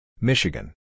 Michigan